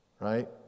right